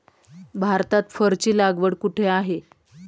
भारतात फरची लागवड कुठे आहे?